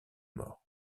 mort